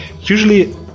usually